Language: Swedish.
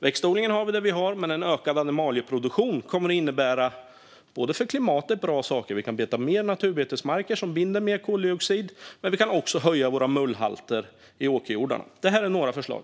Växtodlingen har vi där vi har den. En ökad animalieproduktion kommer att innebära bra saker för klimatet. Vi kan ha mer naturbetesmarker, som binder mer koldioxid. Vi kan också höja mullhalten i åkerjordarna. Detta var några förslag.